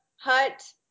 hut